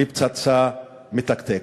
לפצצה מתקתקת.